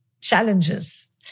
challenges